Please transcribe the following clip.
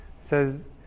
says